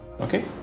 Okay